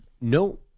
No